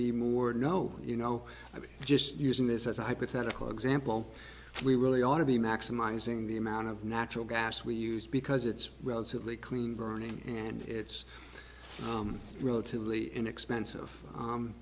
be more no you know i'm just using this as a hypothetical example we really ought to be maximizing the amount of natural gas we use because it's relatively clean burning and it's relatively inexpensive